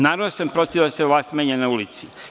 Naravno da sam protiv da se vlast menja na ulici.